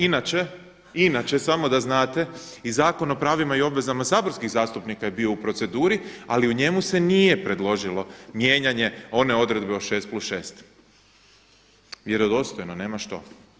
Inače, inače samo da znate i Zakon o pravima i obvezama saborskih zastupnika je bio u proceduri, ali u njemu se nije predložilo mijenjanje one odredbe od 6 + 6, vjerodostojno nema što.